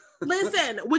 Listen